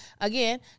Again